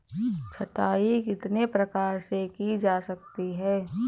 छँटाई कितने प्रकार से की जा सकती है?